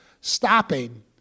stopping